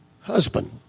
husband